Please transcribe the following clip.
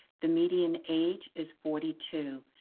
the median age is forty two.